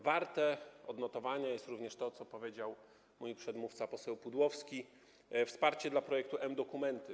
Warte odnotowania jest również to, co powiedział mój przedmówca poseł Pudłowski - wsparcie dla projektu mDokumenty.